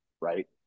right